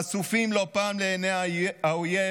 חשופים לא פעם לעיני האויב,